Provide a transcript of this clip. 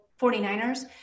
49ers